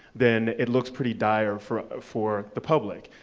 then it looks pretty dire for for the public.